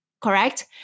correct